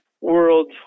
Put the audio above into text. world